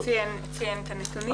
לא, אצלי אין את הנתונים.